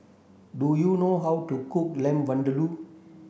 do you know how to cook Lamb Vindaloo